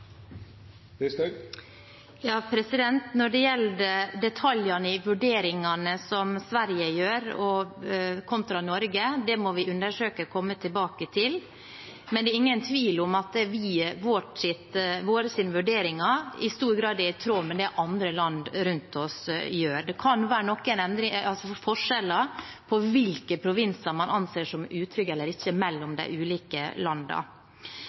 Når det gjelder detaljene i vurderingene som Sverige gjør, kontra Norge: Det må vi undersøke og komme tilbake til, men det er ingen tvil om at våre vurderinger i stor grad er i tråd med det andre land rundt oss gjør. Det kan være noen forskjeller mellom de ulike landene på hvilke provinser man anser som utrygge eller ikke.